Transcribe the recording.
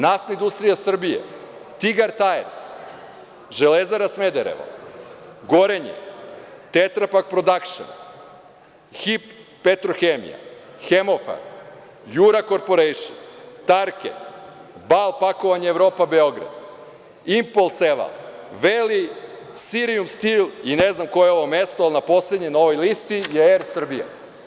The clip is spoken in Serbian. Naftna industrija Srbije, „Tigar Tajers“, Železara Smederevo, „Gorenje“, „Tetra pak prodakšn“, HIP „Petrohemija“, „Hemofarm“, „Jura korporejšn“, „Tarket“, „Bal Pakovanje Evropa Beograd“, „Impol Seval“, „Veli“, „Sirmijum stil“ i ne znam koje je ovo mesto, ali poslednje na ovoj listi je „Er Srbija“